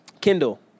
kindle